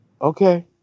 Okay